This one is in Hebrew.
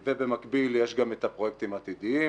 ובמקביל יש גם את הפרויקטים העתידיים